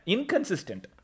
Inconsistent